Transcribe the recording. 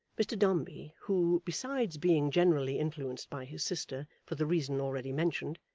mr dombey, who, besides being generally influenced by his sister for the reason already mentioned,